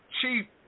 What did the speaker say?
chief